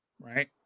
right